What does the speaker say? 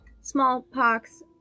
smallpox